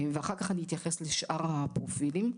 ואחר כך אני אתייחס לשאר הפרופילים.